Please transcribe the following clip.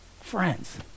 Friends